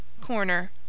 CORNER